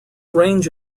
range